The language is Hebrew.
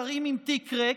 שרים עם תיק ריק,